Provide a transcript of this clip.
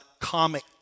comic